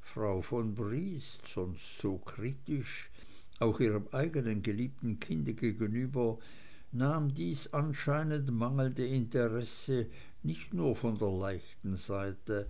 frau von briest sonst so kritisch auch ihrem eigenen geliebten kinde gegenüber nahm dies anscheinend mangelnde interesse nicht nur von der leichten seite